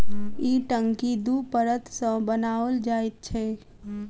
ई टंकी दू परत सॅ बनाओल जाइत छै